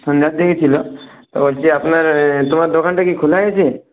সন্ধ্যার দিকে ছিল তা বলছি আপনার তোমার দোকানটা কি খোলা আছে